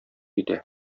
итә